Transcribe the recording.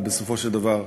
ובסופו של דבר,